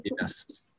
Yes